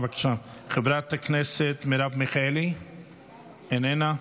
חברת הכנסת מרב מיכאלי, איננה,